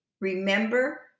remember